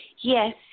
Yes